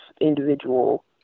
individual